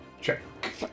check